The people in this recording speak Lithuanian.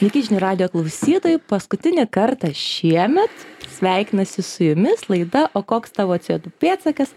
sveiki žinių radijo klausytojai paskutinį kartą šiemet sveikinasi su jumis laida o koks tavo co du pėdsakas